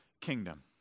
kingdom